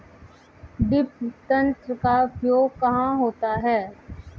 Drip तंत्र का उपयोग कहाँ होता है?